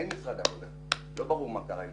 אין משרד העבודה, לא ברור מה קרה,